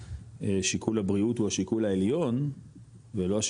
שיקול הבריאות הוא השיקול העליון ולא השיקול המסחרי.